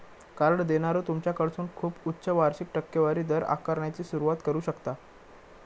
card देणारो तुमच्याकडसून खूप उच्च वार्षिक टक्केवारी दर आकारण्याची सुरुवात करू शकता